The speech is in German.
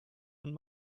und